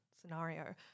scenario